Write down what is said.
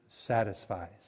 satisfies